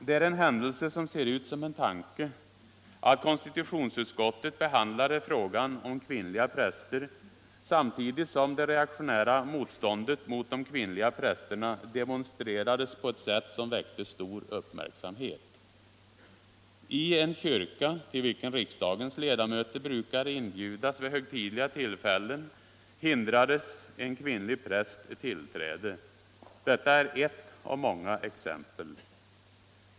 Det är en händelse som ser ut som en tanke att konstitutionsutskottet behandlade frågan om kvinnliga präster samtidigt som det reaktionära motståndet mot de kvinnliga prästerna demonstrerades på ett sätt som väckte stor uppmärksamhet. I en kyrka, till vilken riksdagens ledamöter brukar inbjudas vid högtidliga tillfällen, hindrades en kvinnlig präst tillträde. Detta är ett av många exempel.